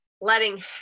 letting